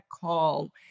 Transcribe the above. call